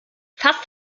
fast